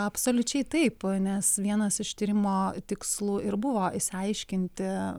absoliučiai taip nes vienas iš tyrimo tikslų ir buvo išsiaiškinti